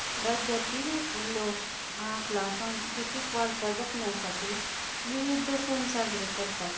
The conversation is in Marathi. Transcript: राज्यातील लोक आपला सांस्कृतिक वारसा जपण्यासाठी विविध सण साजरे करतात